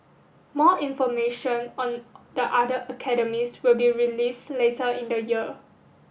more information on the other academies will be released later in the year